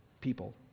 people